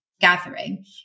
gathering